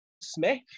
Smith